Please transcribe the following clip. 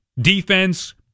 defense